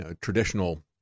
traditional